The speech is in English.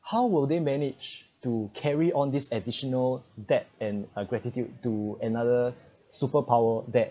how will they manage to carry on this additional debt and a gratitude to another superpower that